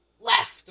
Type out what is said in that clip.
left